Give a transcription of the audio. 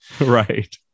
Right